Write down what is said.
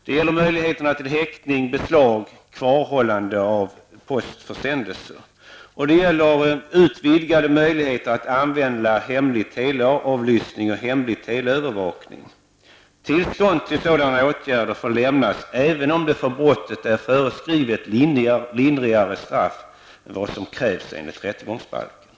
Det gäller möjligheterna till häktning, beslag och kvarhållande av postförsändelser, och det gäller utvidgade möjligheter att använda hemlig teleavlyssning och hemlig teleövervakning. Tillstånd till sådana åtgärder får lämnas även om det för brottet är föreskrivet lindrigare straff än vad som krävs enligt rättegångsbalken.